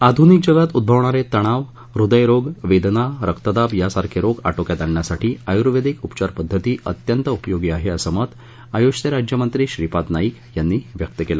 अधुनिक जगात उझवणारे तणाव हृदयरोग वेदना रक्तदाब यासारखे रोग आटोक्यात आणण्यासाठी आयुर्वेदिक उपचारपद्धती अत्यंत उपयोगी आहे असं मत आयुष चे राज्यमंत्री श्रीपाद नाईक यांनी व्यक्त केलं